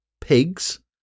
pigs